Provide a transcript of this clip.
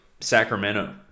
sacramento